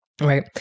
right